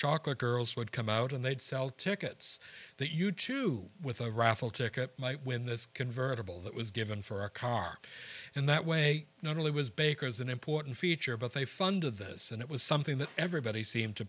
chocolate girls would come out and they'd sell tickets that you two with a raffle ticket might win this convertible that was given for a car and that way not only was baker's an important feature but they funded this and it was something that everybody seemed to